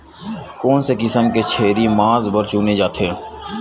कोन से किसम के छेरी मांस बार चुने जाथे?